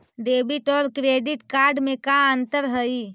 Debit और credit card में का अंतर हइ?